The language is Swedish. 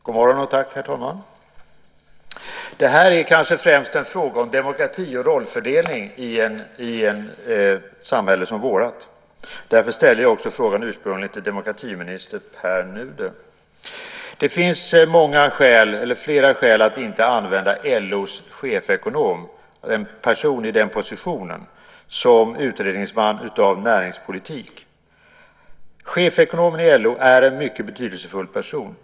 Godmorgon herr talman! Det här är kanske främst en fråga om demokrati och rollfördelning i ett samhälle som vårt. Därför ställde jag också ursprungligen frågan till demokratiminister Pär Nuder. Det finns flera skäl att inte använda LO:s chefsekonom eller en person i den positionen som utredningsman av näringspolitik. Chefsekonomen i LO är en mycket betydelsefull person.